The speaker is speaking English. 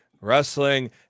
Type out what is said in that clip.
wrestling